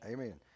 Amen